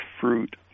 fruit